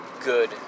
good